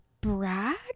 brag